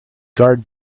guard